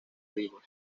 heridos